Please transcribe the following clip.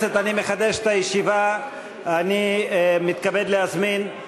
חברי הכנסת, אני מתכבד להזמין,